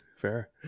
Fair